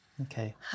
Okay